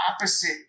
opposite